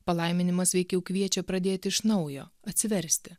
palaiminimas veikiau kviečia pradėti iš naujo atsiversti